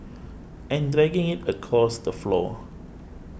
and dragging it across the floor